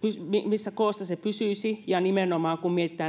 pysyisi kun mietitään nimenomaan